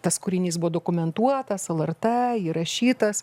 tas kūrinys buvo dokumentuotas lrt įrašytas